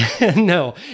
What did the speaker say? No